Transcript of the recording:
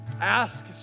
Ask